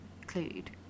include